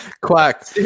Quack